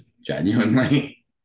genuinely